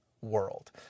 world